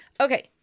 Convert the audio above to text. okay